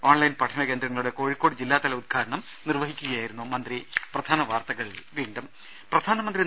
online പഠനകേന്ദ്രങ്ങളുടെ കോഴിക്കോട് ജില്ലാതല ഉദ്ഘാടനം നിർവഹിക്കുകയായിരുന്നു മന്ത്രി